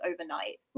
overnight